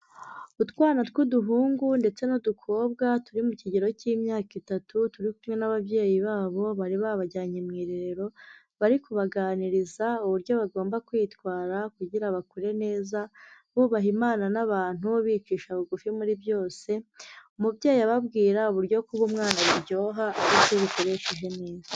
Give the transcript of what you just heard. Utwana tw'uduhungu ndetse n'udukobwa turi mu kigero cy'imyaka itatu, turi kumwe n'ababyeyi babo, bari babajyanye mu irerero, bari kubaganiriza uburyo bagomba kwitwara, kugira bakure neza, bubaha imana n'abantu, bicisha bugufi muri byose, umubyeyi ababwira uburyo kuba umwana biryoha, ariko iyo bikoreshejwe neza.